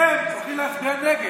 והם הולכים להצביע נגד.